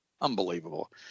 Unbelievable